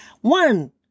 One